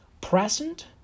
present